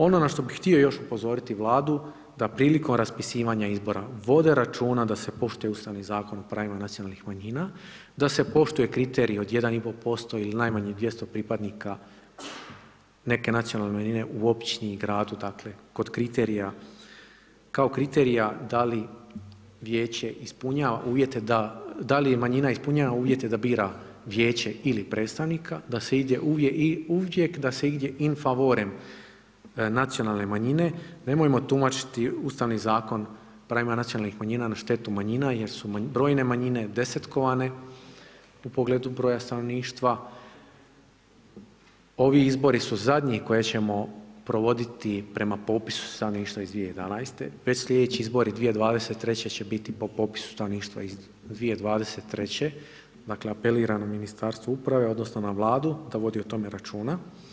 Ono na što bih još htio upozoriti Vladu da prilikom raspisivanja izbora vode računa da se poštuje Ustavni zakon o pravima nacionalnih manjina, da se poštuje kriterij od 1,5% ili najmanje 200 pripadnika neke nacionalne manjine u općini i gradu, dakle, kod kriterija, kao kriterija da li vijeće ispunjava uvjete da, da li manjina ispunjava uvjete da bira vijeće ili predstavnika, da se uvijek ide in favorem nacionalne manjine, nemojmo tumačiti Ustavni zakon pravima nacionalnih manjina na štetu manjina jer su brojne manjine desetkovane u pogledu broja stanovništva, ovi izbori su zadnji koje ćemo provoditi prema popisu stanovništva iz 2011., već su slijedeći izbori 2023. će biti po popisu stanovništva iz 2023., dakle, apeliram na Ministarstvo uprave odnosno na Vladu da vodi o tome računa.